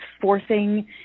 forcing